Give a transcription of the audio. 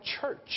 church